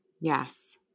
Yes